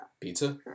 pizza